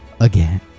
Again